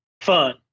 fun